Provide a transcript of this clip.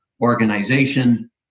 organization